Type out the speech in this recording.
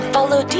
Follow